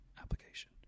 application